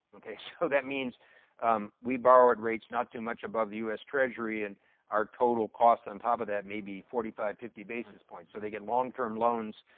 okay, so that means we borrowed rates not too much above the u s. treasury and our total cost on and top of that, maybe forty five, fifty basis point so they get long term loans,